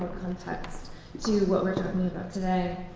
context to what we're talking about today.